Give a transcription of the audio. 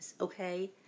okay